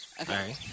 okay